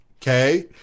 Okay